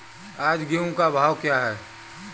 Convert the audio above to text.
आज गेहूँ का भाव क्या है?